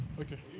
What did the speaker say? Okay